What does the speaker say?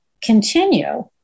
continue